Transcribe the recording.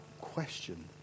question